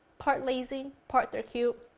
part lazy, part they're cute.